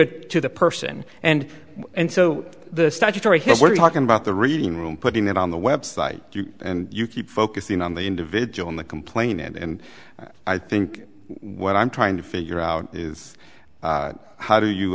it to the person and and so the statutory here we're talking about the reading room putting it on the website and you keep focusing on the individual in the complaint and i think what i'm trying to figure out is how do you